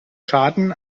schaden